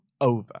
over